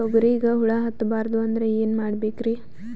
ತೊಗರಿಗ ಹುಳ ಹತ್ತಬಾರದು ಅಂದ್ರ ಏನ್ ಮಾಡಬೇಕ್ರಿ?